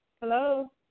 Hello